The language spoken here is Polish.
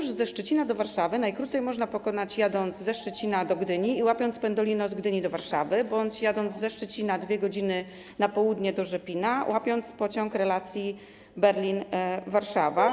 Trasę ze Szczecina do Warszawy najkrócej można pokonać, jadąc ze Szczecina do Gdyni i łapiąc pendolino z Gdyni do Warszawy bądź jadąc ze Szczecina 2 godziny na południe, do Rzepina, i łapiąc pociąg relacji Berlin - Warszawa.